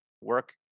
Work